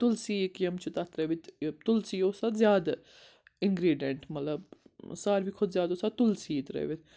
تُلسی یِکۍ یِم چھِ تَتھ ترٛٲوِتھ تُلسی اوس اَتھ زیادٕ اِنگرٛیٖڈینٛٹ مطلب ساروی کھۄتہٕ زیادٕ اوس اَتھ تُلسی یی ترٛٲوِتھ